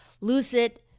lucid